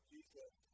Jesus